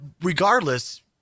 regardless